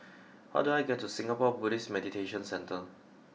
how do I get to Singapore Buddhist Meditation Centre